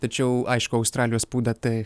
tačiau aišku australijos spauda tai